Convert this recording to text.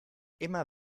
immer